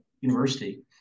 university